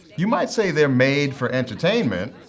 you might say they're made for entertainment,